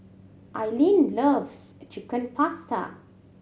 Aileen loves Chicken Pasta